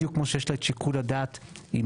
בדיוק כמו שיש לה את שיקול הדעת אם